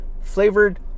flavored